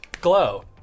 Glow